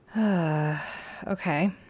Okay